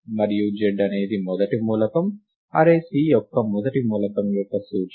మరియు z అనేది మొదటి మూలకం అర్రే C యొక్క మొదటి మూలకం యొక్క సూచిక